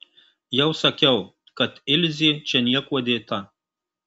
jau sakiau kad ilzė čia niekuo dėta